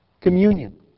Communion